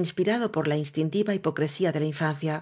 inspirado por la instintiva hipocresía de la infancia